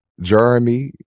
Jeremy